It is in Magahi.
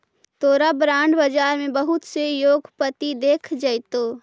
तोरा बॉन्ड बाजार में बहुत से उद्योगपति दिख जतो